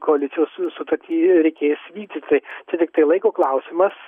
koalicijos sutartį reikės vykdyt tai čia tiktai laiko klausimas